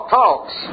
talks